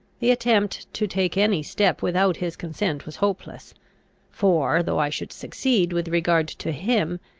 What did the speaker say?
the attempt to take any step without his consent was hopeless for, though i should succeed with regard to him,